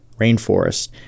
rainforest